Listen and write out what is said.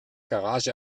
garage